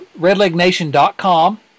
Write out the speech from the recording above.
redlegnation.com